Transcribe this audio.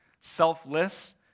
Selfless